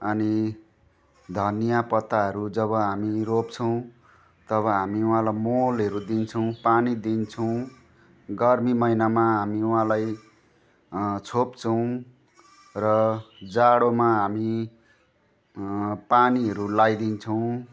अनि धनियाँ पत्ताहरू जब हामी रोप्छौँ तब हामी उहाँलाई मलहरू दिन्छौँ पानी दिन्छौँ गर्मी महिनामा हामी उहाँलाई छोप्छौँ र जाडोमा हामी पानीहरू लगाइदिन्छौँ